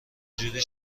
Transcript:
جوری